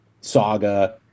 saga